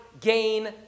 gain